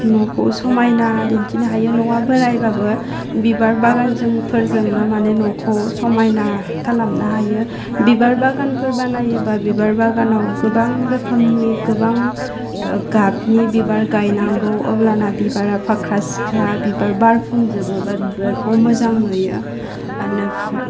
न'खौ समायना दिन्थिनो हायो न'आ बोराइबाबो बिबार बागानजों फोरजों नामाने न'खौ समायना खालामनो हायो बिबार बागानफोर बानायोबा बिबार बागानाव गोबां रोखोमनि गोबां गाबनि बिबार गायनांगौ अब्लाना बिबारा फाख्रा सिख्रा बिबार बारफुंजोबोबा बिबारखौ मोजां नुयो एनिफ्रा